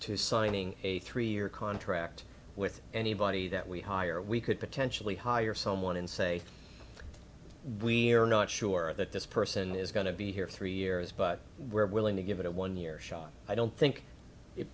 to signing a three year contract with anybody that we hire we could potentially hire someone and say we're not sure that this person is going to be here three years but we're willing to give it a one year shot i don't think if